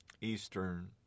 Eastern